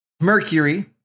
Mercury